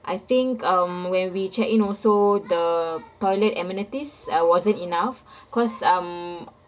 I think um when we checked in also the toilet amenities uh wasn't enough cause um